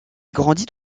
grandit